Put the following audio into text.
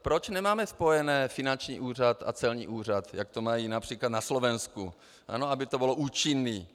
Proč nemáme spojený finanční a celní úřad, jak to mají například na Slovensku, aby to bylo účinné.